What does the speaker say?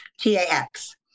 T-A-X